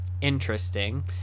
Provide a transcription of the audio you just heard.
interesting